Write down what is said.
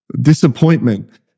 disappointment